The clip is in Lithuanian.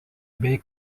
bei